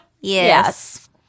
Yes